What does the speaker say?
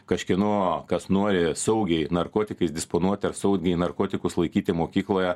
kažkieno kas nori saugiai narkotikais disponuoti ar saugiai narkotikus laikyti mokykloje